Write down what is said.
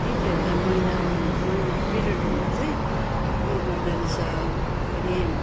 केटीहरूलाई महिना महिना पिरियड हुँदा चाहिँ उयो गर्द रहेछ के अरे